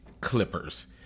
Clippers